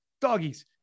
doggies